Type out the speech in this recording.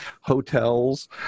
hotels